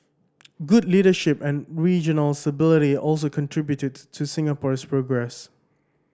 good leadership and regional stability also contributed to Singapore's progress